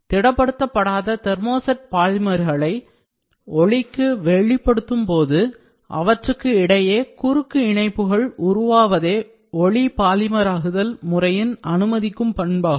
திடப்படுத்த படாத தெர்மோசெட் பாலிமர்களை ஒளிக்கு வெளிப்படுத்தும்போது அவற்றுக்கு இடையே குறுக்கு இணைப்புகள் உருவாவதே ஒளி பாலிமராக்குதல் முறையின் அனுமதிக்கும் பண்பாகும்